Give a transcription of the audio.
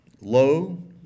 Lo